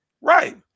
Right